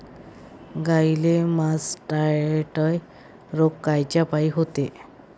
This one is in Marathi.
गाईले मासटायटय रोग कायच्यापाई होते?